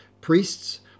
priests